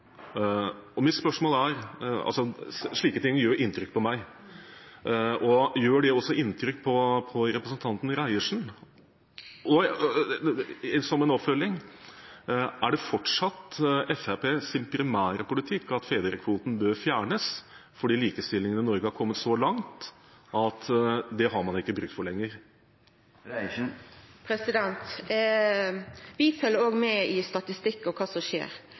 meg. Mitt spørsmål er: Gjør det også inntrykk på representanten Reiertsen? Og som en oppfølging: Er det fortsatt Fremskrittspartiets primære politikk at fedrekvoten bør fjernes, fordi likestillingen i Norge har kommet så langt at man ikke har bruk for den lenger? Vi følgjer òg med på statistikk og på kva som skjer.